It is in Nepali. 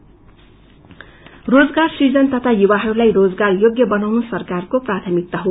झालोयमेन्ट रोजगार सुजन तथा युवाहरूलाई रोजगार योग्य बनाउनु सरकारको प्रार्थमिकता हो